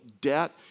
debt